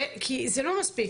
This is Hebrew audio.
כי זה לא מספיק.